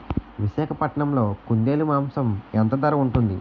విశాఖపట్నంలో కుందేలు మాంసం ఎంత ధర ఉంటుంది?